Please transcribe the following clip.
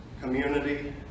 community